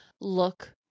look